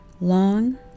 Long